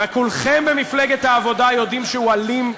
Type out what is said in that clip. וכולכם במפלגת העבודה יודעים שהוא אלים,